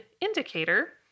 indicator